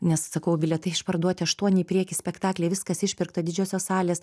nes sakau bilietai išparduoti aštuoni į priekį spektakliai viskas išpirkta didžiosios salės